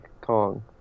Kong